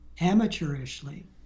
amateurishly